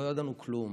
לא ידענו כלום